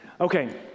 Okay